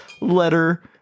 letter